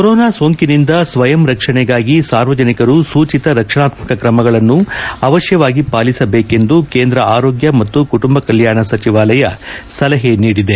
corona ಸೋಂಕಿನಿಂದ ಸ್ನಯಂ ರಕ್ಷಣೆಗಾಗಿ ಸಾರ್ವಜನಿಕರು ಸೂಚಿತ ರಕ್ಷಣಾತ್ಮಕ ಕ್ರಮಗಳನ್ನು ಅವಶ್ಯವಾಗಿ ಪಾಲಿಸಬೇಕೆಂದು ಕೇಂದ್ರ ಆರೋಗ್ಯ ಮತ್ತು ಕುಟುಂಬ ಕಲ್ಯಾಣ ಸಚಿವಾಲಯ ಸಲಹೆ ನೀಡಿದೆ